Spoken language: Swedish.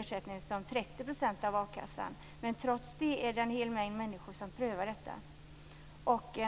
ersättningen så låg som 30 % av a-kassan. Trots det är det alltså en hel del människor som prövar detta.